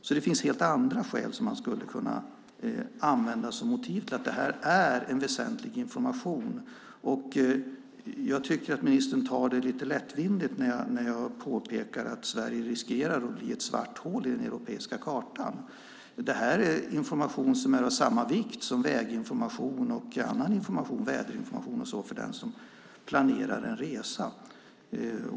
Så det finns helt andra skäl som man skulle kunna använda för att motivera att det här är en väsentlig information. Jag tycker att ministern tar det lite lättvindigt när jag påpekar att Sverige riskerar att bli ett svart hål på den europeiska kartan. Det här är information som är av samma vikt som väginformation och väderinformation för den som planerar en resa.